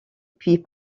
puis